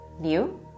new